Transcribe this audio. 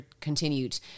continued